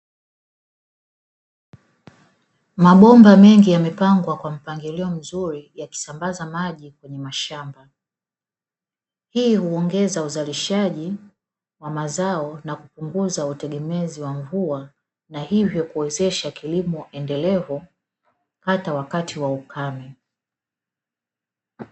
Mabomba mengi yamepangwa kwa mpangilio mzuri yakisambaza maji kwenye mashamba, hii huongeza uzalishaji wa mazao na kupunguza utegemezi wa mvua na hivyo kuwezesha kilimo endelevu hata wakati wa ukame.